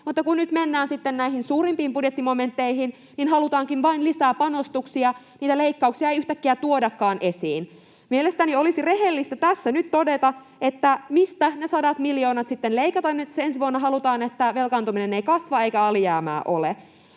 mutta kun nyt mennään sitten näihin suurimpiin budjettimonumentteihin, niin halutaankin vain lisää panostuksia. Niitä leikkauksia ei yhtäkkiä tuodakaan esiin. Mielestäni olisi rehellistä tässä nyt todeta, [Pia Kauma ja Sari Sarkomaa pyytävät vastauspuheenvuoroa] mistä ne sadat miljoonat sitten leikataan, jos ensi vuonna halutaan, että velkaantuminen ei kasva eikä alijäämää ole.